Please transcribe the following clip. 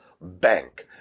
bank